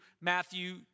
Matthew